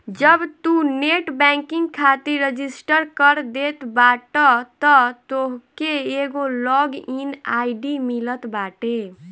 जब तू net banking खातिर रजिस्टर कर देत बाटअ तअ तोहके एगो लॉग इन आई.डी मिलत बाटे